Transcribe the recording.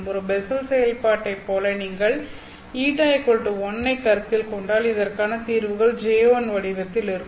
ஒரு பெஸ்ஸல் செயல்பாட்டைப் போல நீங்கள் η 1 ஐக் கருத்தில் கொண்டால் இதற்கான தீர்வுகள் J1 வடிவத்தில் இருக்கும்